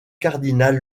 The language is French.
cardinal